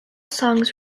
songs